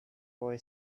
boy